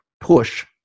push